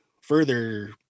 further